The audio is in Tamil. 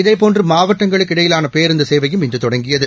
இதேபோன்று மாவட்டங்களுக்கு இடையிலான பேருந்து சேவையும் இன்று தொடங்கியது